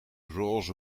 roze